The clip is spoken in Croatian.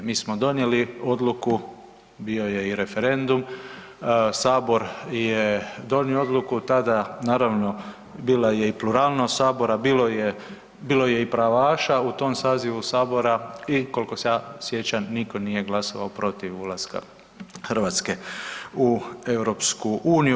Mi smo donijeli odluku, bio je i referendum, Sabor je donio odluku tada naravno bila je i pluralnost Sabora, bilo je i pravaša u tom sazivu Saboru i koliko se ja sjeća nitko nije glasao protiv ulaska Hrvatske u EU.